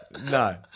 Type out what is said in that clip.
No